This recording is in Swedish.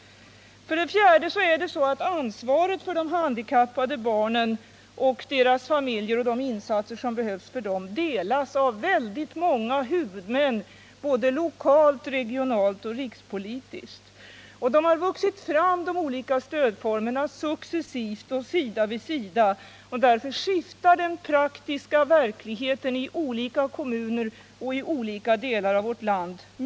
För det fjärde delas ansvaret för de handikappade barnen och deras familjer samt de insatser som behövs för dem av väldigt många huvudmän, såväl lokalt och regionalt som rikspolitiskt. De olika stödformerna har vuxit fram successivt sida vid sida, och därför skiftar den praktiska verkligheten mycket i olika kommuner och i olika delar av vårt land.